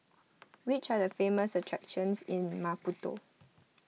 which are the famous attractions in Maputo